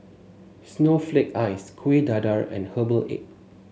Snowflake Ice Kueh Dadar and Herbal Egg